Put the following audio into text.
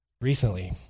recently